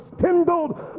kindled